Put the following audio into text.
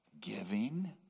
giving